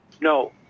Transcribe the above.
No